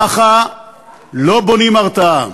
ככה לא בונים הרתעה.